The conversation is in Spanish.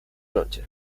noche